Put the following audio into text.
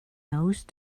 nose